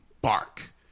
bark